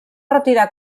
retirar